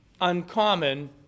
uncommon